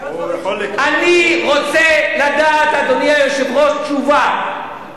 אני רוצה לדעת, אדוני היושב-ראש, תשובה.